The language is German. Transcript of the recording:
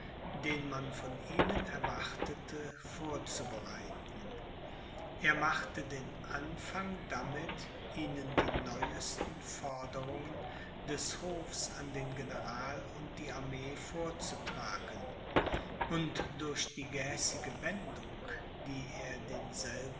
den man von ihnen erwartete vorzubereiten er machte den anfang damit ihnen die neuesten forderungen des hofs an den general und die armee vorzutragen und durch die gehässige wendung die er denselben